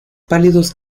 pálidos